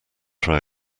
try